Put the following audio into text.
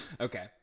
Okay